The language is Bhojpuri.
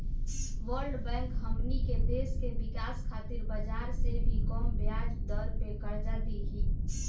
वर्ल्ड बैंक हमनी के देश के विकाश खातिर बाजार से भी कम ब्याज दर पे कर्ज दिही